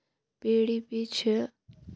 P D P چھِ